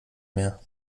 mehr